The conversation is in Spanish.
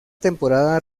temporada